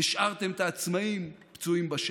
השארתם את העצמאים פצועים בשטח.